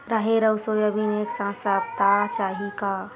राहेर अउ सोयाबीन एक साथ सप्ता चाही का?